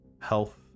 health